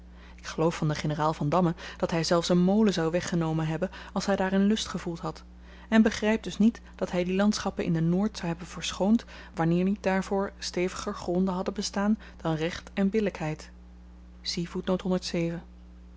ik geloof van den generaal vandamme dat hy zelfs een molen zou weggenomen hebben als hy daarin lust gevoeld had en begryp dus niet dat hy die landschappen in de noord zou hebben verschoond wanneer niet daarvoor steviger gronden hadden bestaan dan recht en billykheid